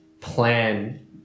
plan